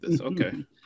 Okay